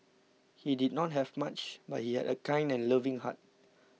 he did not have much but he had a kind and loving heart